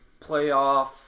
Playoff